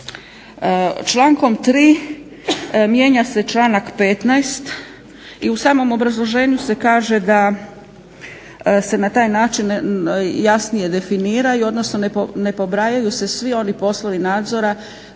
Člankom 3. mijenja se članak 15. i u samom obrazloženju se kaže da se na taj način jasnije definiraju, odnosno ne pobrajaju se svi oni poslovi nadzora